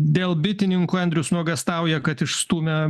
dėl bitininkų andrius nuogąstauja kad išstūmė